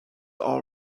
all